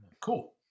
Cool